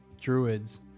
druids